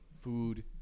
Food